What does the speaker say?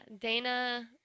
Dana